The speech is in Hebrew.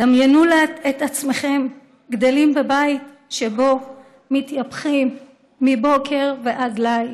דמיינו את עצמכם גדלים בבית שבו מתייפחים מבוקר ועד ליל.